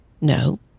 No